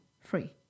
free